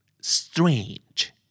strange